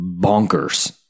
bonkers